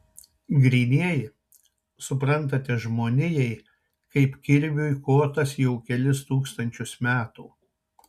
grynieji suprantate žmonijai kaip kirviui kotas jau kelis tūkstančius metų